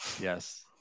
Yes